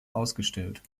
ausgestellt